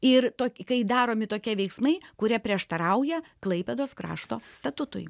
ir tok kai daromi tokie veiksmai kurie prieštarauja klaipėdos krašto statutui